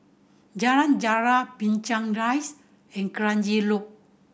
Jalan Jarak Binchang Rise and Kranji Loop